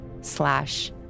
slash